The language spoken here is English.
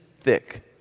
thick